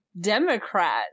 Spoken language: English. Democrat